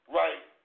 right